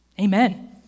Amen